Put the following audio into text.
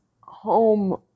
home